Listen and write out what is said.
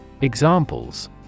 Examples